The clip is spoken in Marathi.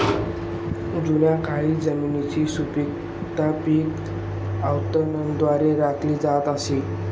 जुन्या काळी जमिनीची सुपीकता पीक आवर्तनाद्वारे राखली जात असे